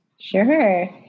Sure